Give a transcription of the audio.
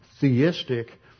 theistic